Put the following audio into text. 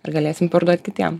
ar galėsim parduot kitiems